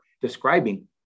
describing